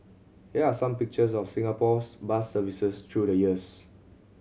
here are some pictures of Singapore's bus services through the years